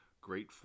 Great